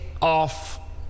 off